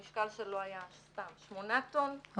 המשקל שלו היה שמונה טון,